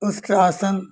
उस्क्रासन